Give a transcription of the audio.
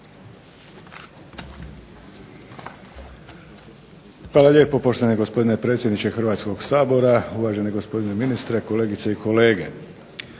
Hvala lijepo, poštovani gospodine predsjedniče Hrvatskoga sabora. Uvaženi gospodine ministre, kolegice i kolege.